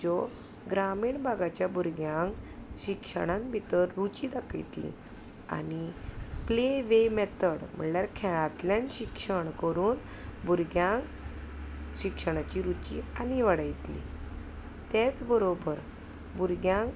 ज्यो ग्रामीण भागाच्या भुरग्यांक शिक्षणांत भितर रुची दाखयतली आनी प्ले वे मॅथड म्हणल्यार खेळांतल्यान शिक्षण करून भुरग्यांक शिक्षणाची रुची आनी वाडयतलीं तेच बरोबर भुरग्यांक